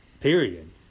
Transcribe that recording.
period